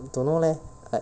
dunno leh